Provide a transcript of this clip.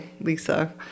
Lisa